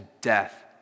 death